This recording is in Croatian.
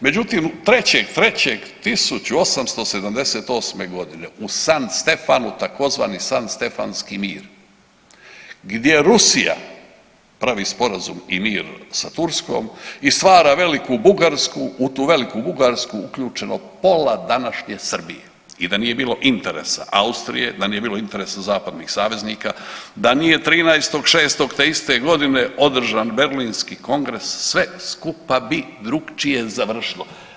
Međutim, 3.3.1878. godine u Sanstefanu tzv. Sanstefanski mir gdje Rusija pravi sporazum i mir sa Turskom i stvara Veliku Bugarsku, u tu Veliku Bugarsku uključeno pola današnje Srbije i da nije bilo interesa Austrije, da nije bilo interesa zapadnih saveznika, da nije 13.6. te iste godine održan Berlinski kongres sve skupa bi drukčije završilo.